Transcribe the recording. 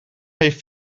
heeft